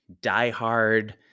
diehard